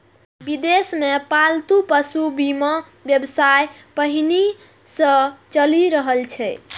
विदेश मे पालतू पशुक बीमा व्यवसाय पहिनहि सं चलि रहल छै